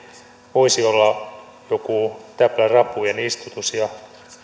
voisi olla joku täplärapujen istutus ja